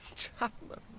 chapman.